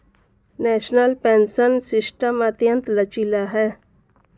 national pension system अत्यंत लचीला है